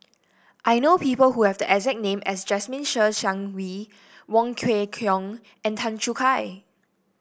I know people who have the exact name as Jasmine Ser Xiang Wei Wong Kwei Cheong and Tan Choo Kai